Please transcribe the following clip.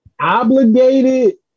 Obligated